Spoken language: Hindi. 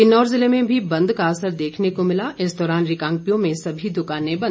किन्नौर जिले में भी बंद का असर देखने को मिला इस दौरान रिकांगपिओ में सभी दुकानें बंद रही